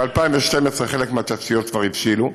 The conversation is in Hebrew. ב-2012 חלק מהתשתיות כבר הבשילו,